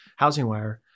HousingWire